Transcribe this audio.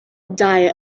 diet